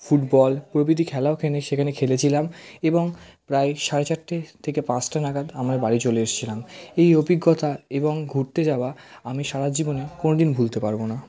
football প্রভৃতি খেলাও ওখানে সেখানে খেলেছিলাম এবং প্রায় সাড়ে চারটে থেকে পাঁচটা নাগাদ আমরা বাড়ি চলে এসেছিলাম এই অভিজ্ঞতা এবং ঘুরতে যাওয়া আমি সারাজীবনে কোনোদিন ভুলতে পারব না